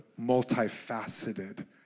multifaceted